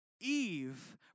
Eve